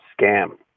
scam